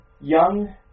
Young